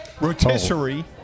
rotisserie